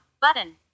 button